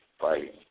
fighting